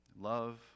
Love